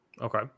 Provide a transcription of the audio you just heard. Okay